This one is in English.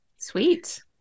Sweet